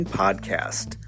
podcast